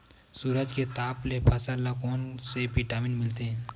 सूरज के ताप ले फसल ल कोन ले विटामिन मिल थे?